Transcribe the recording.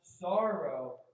sorrow